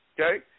Okay